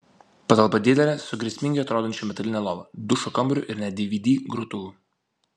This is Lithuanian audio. patalpa didelė su grėsmingai atrodančia metaline lova dušo kambariu ir net dvd grotuvu